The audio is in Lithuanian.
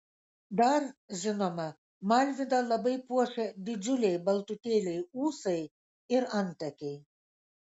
dar žinoma malviną labai puošia didžiuliai baltutėliai ūsai ir antakiai